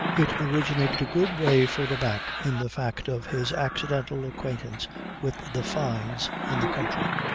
it originated a good way further back in the fact of his accidental acquaintance with the fynes, in the country.